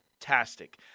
fantastic